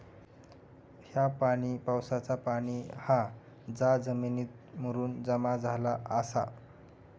ह्या पाणी पावसाचा पाणी हा जा जमिनीत मुरून जमा झाला आसा